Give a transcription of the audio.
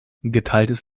geteiltes